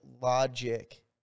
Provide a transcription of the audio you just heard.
logic